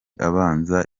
abanza